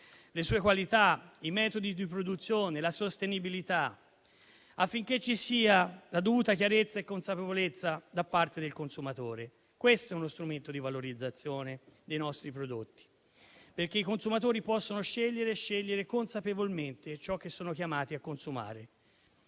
le sue qualità, i metodi di produzione, la sostenibilità, affinché ci sia la dovuta chiarezza e consapevolezza da parte del consumatore. Questo è uno strumento di valorizzazione dei nostri prodotti, perché i consumatori possono scegliere e scegliere consapevolmente ciò che sono chiamati a consumare.